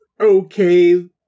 okay